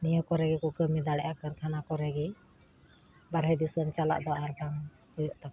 ᱱᱤᱭᱟᱹ ᱠᱚᱨᱮᱜᱮ ᱠᱚ ᱠᱟᱹᱢᱤ ᱫᱟᱲᱮᱭᱟᱜᱼᱟ ᱠᱟᱹᱨᱠᱷᱟᱱᱟ ᱠᱚᱨᱮ ᱜᱮ ᱵᱟᱨᱦᱮ ᱫᱤᱥᱟᱹᱢ ᱪᱟᱞᱟᱜᱫᱚ ᱟᱨ ᱵᱟᱝ ᱦᱩᱭᱩᱜ ᱛᱟᱠᱚᱣᱟ